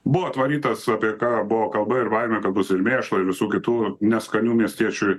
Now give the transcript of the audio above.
buvo atvarytas apie ką buvo kalba ir baimė kad bus ir mėšlo ir visų kitų neskanių miestiečiui